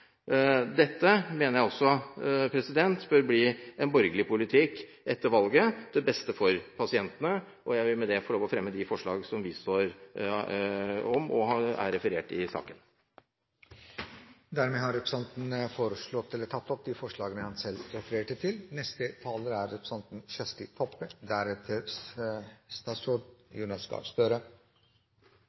Dette mener jeg også bør bli en borgerlig politikk etter valget til beste for pasientene. Jeg vil med det få fremme det forslaget som vi står sammen med andre om, og som er referert i innstillingen. Representanten Per Arne Olsen har tatt opp det forslaget han refererte til.